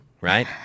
right